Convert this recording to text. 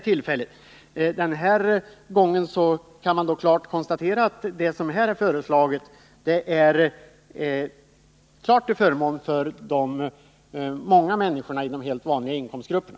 Man kan konstatera att vad som här är föreslaget är klart till förmån för de många människorna i de helt vanliga inkomstgrupperna.